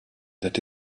that